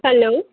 hello